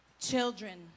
children